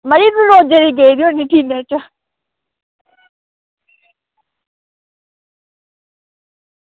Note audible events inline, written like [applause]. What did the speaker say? मड़ी तूं रोजै दी गेई होन्नी [unintelligible] च